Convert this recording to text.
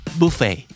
buffet